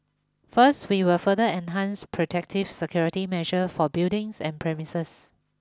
first we will further enhance protective security measure for buildings and premises